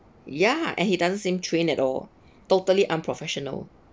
ya and he doesn't seem trained at all totally unprofessional